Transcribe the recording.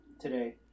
today